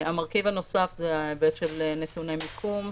המרכיב הנוסף זה ההיבט של נתוני מיקום,